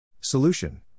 Solution